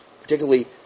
particularly